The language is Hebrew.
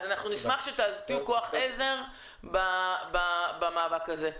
נשמח שתהיו כוח עזר במאבק הזה.